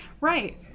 Right